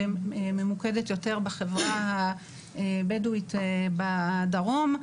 שממוקדת יותר בחברה הבדואית בדרום,